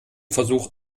versuch